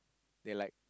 they like